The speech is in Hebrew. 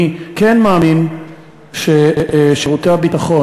אני כן מאמין ששירותי הביטחון,